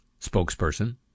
spokesperson